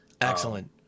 Excellent